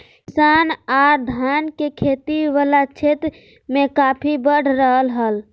किसान आर धान के खेती वला क्षेत्र मे काफी बढ़ रहल हल